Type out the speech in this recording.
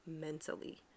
mentally